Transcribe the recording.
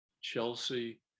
Chelsea